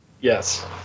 Yes